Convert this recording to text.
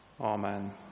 Amen